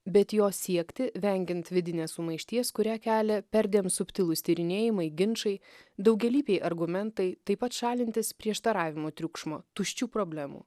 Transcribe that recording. bet jo siekti vengiant vidinės sumaišties kurią kelia perdėm subtilūs tyrinėjimai ginčai daugialypiai argumentai taip pat šalintis prieštaravimų triukšmo tuščių problemų